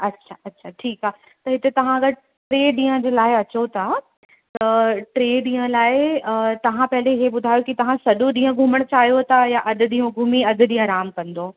अच्छा अच्छा ठीकु आहे त हिते तव्हां अगरि टे ॾींहं जे लाइ अचो था त टे ॾींहं लाइ तव्हां पहिरियों हे ॿुधायो की तव्हां सॼो ॾींहुं घुमणु चाहियो था या अध ॾीअं घुमी अधु ॾींहुं आराम कंदो